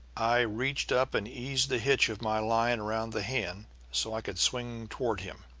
i reached up and eased the hitch of my line around the hand so i could swing toward him.